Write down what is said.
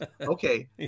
Okay